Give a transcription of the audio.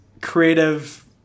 creative